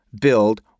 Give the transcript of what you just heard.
build